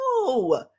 No